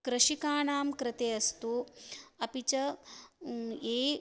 कृषिकाणां कृते अस्तु अपि च ये